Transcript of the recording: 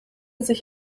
sich